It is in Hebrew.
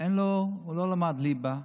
לא למד ליבה,